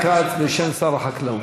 ישיב השר חיים כץ בשם שר החקלאות.